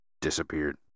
Disappeared